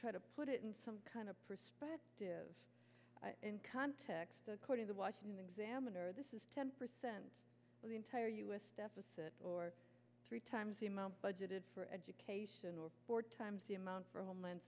try to put it in some kind of perspective in context according the washington examiner this is ten percent of the entire u s deficit or three times the amount budgeted for education or four times the amount for homeland